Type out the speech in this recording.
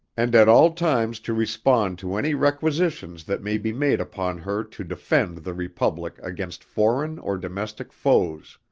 and at all times to respond to any requisitions that may be made upon her to defend the republic against foreign or domestic foes.